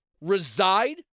reside